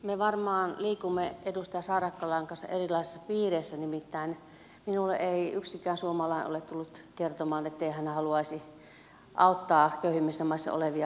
me varmaan liikumme edustaja saarakkalan kanssa erilaisissa piireissä nimittäin minulle ei yksikään suomalainen ole tullut kertomaan ettei hän haluaisi auttaa köyhimmissä maissa olevia ihmisiä